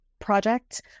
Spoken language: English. project